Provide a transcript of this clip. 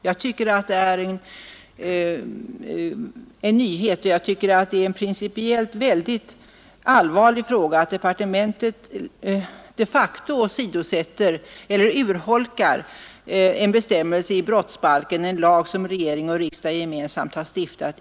Jag tycker att det är en nyhet, och jag tycker att det är en principiellt väldigt allvarlig fråga att departementet de facto utan att höra riksdagen urholkar en bestämmelse i brottsbalken, en lag som regering och riksdag gemensamt har stiftat.